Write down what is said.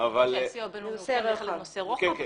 לצורך העניין,